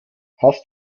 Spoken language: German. hast